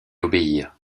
obéir